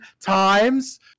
times